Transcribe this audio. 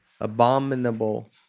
Abominable